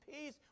peace